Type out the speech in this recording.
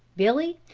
billy,